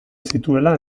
zituela